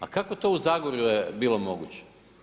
A kako to u Zagorju je bilo moguće?